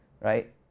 right